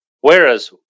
Whereas